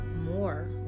more